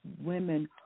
women